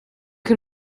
can